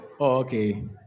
Okay